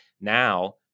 Now